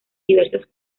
diversas